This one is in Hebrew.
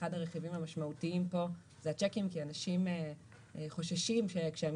אחד הרכיבים המשמעותיים פה זה השיקים כי אנשים חוששים שכשהם